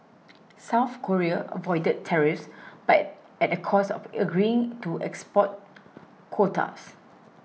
South Korea avoided tariffs but at a cost of agreeing to export quotas